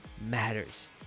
matters